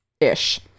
ish